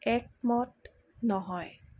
একমত নহয়